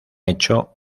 hecho